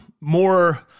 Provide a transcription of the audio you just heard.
more